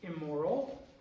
immoral